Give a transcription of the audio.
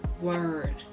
word